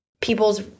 people's